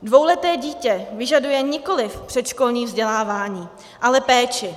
Dvouleté dítě vyžaduje nikoliv předškolní vzdělávání, ale péči.